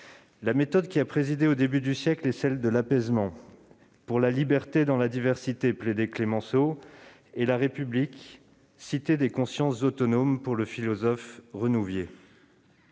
La méthode qui a présidé au début du siècle est celle de l'apaisement, pour « la liberté dans la diversité », comme le plaidait Clemenceau, et la République « cité des consciences autonomes », selon le philosophe Charles